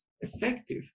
effective